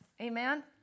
Amen